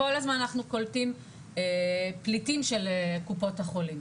כל הזמן אנחנו קולטים פליטים של קופות החולים.